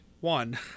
one